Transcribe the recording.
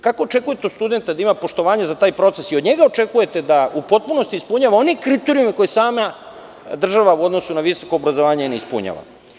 Kako očekujete od studenta da ima poštovanja za taj proces i od njega očekujete da u potpunosti ispunjava one kriterijume koje sama država u odnosu na visoko obrazovanje ne ispunjava?